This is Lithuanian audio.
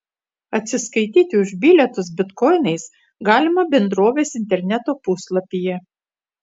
atsiskaityti už bilietus bitkoinais galima bendrovės interneto puslapyje